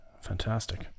fantastic